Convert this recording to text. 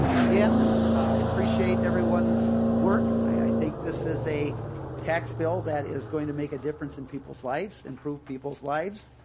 again i appreciate everyone's work. i think this is a tax bill that is going to make a difference in people's lives improved people's lives.